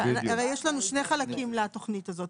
הרי, יש לנו שני חלקים לתכנית הזו.